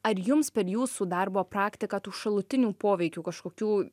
ar jums per jūsų darbo praktiką tų šalutinių poveikių kažkokių